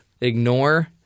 ignore